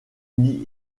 uni